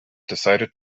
decided